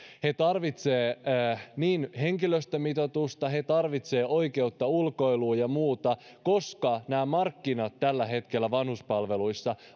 he tarvitsevat henkilöstömitoitusta he tarvitsevat oikeutta ulkoiluun ja muuta koska nämä markkinat tällä hetkellä vanhuspalveluissa